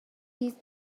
these